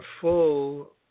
full